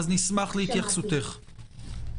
נשמח להתייחסותך.